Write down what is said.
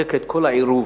לתחזק את כל העירוב